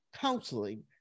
counseling